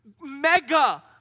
mega